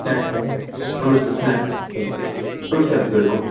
snacks fruits snacks fruits ಯಾವ್ದು ಬೇಕು